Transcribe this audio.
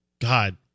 God